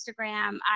Instagram